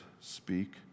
speak